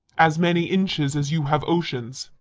as many inches as you have oceans.